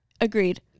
Agreed